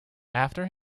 after